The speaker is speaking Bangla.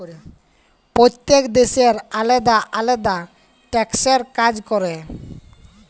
প্যইত্তেক দ্যাশের আলেদা আলেদা ট্যাক্সের কাজ ক্যরে